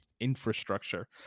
infrastructure